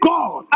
God